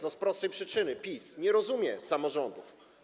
No z prostej przyczyny: PiS nie rozumie samorządów.